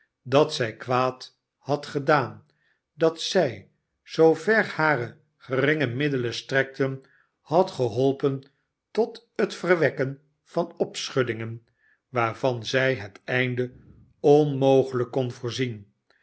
dat zij kwaad had gedaan dat zij zoover hare geringe middelen strekten had geholpen tot het verwekken van opschuddingen waarvan zij het einde onmogelijk kon voorzien